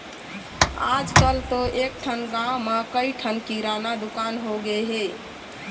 आजकल तो एकठन गाँव म कइ ठन किराना दुकान होगे हे